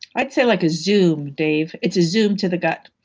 i'd say like a zoom, dave. it's a zoom to the gut.